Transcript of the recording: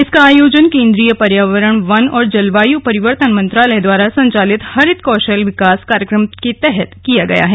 इसका आयोजन केंद्रीय पर्यावरण वन और जलवायु परिवर्तन मंत्रालय द्वारा संचालित हरित कौशल विकास कार्यक्रम के तहत किया गया है